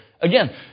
Again